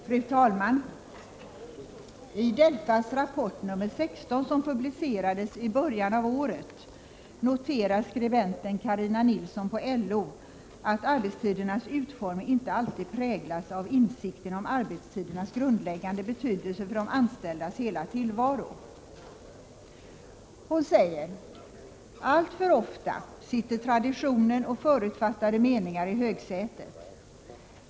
Fru talman! I DELFA:s rapport nr 16, som publicerades i början av året, noterar skribenten, Carina Nilsson på LO, att arbetstidernas utformning inte alltid präglas av insikten om deras grundläggande betydelse för de anställdas hela tillvaro. Hon säger: ” Allt för ofta sitter traditionen och förutfattade meningar i högsätet.